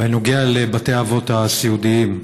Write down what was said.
בנוגע לבתי האבות הסיעודיים.